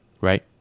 right